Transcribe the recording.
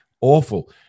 awful